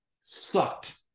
sucked